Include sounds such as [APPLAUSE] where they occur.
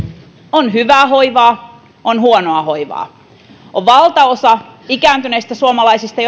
on hyvää hoivaa on huonoa hoivaa valtaosa ikääntyneistä suomalaisista [UNINTELLIGIBLE]